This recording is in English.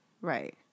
Right